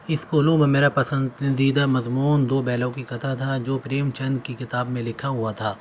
اسکولوں میں میرا پسندیدہ مضمون دو بیلوں کی کتھا تھا جو پریم چند کی کتاب میں لکھا ہوا تھا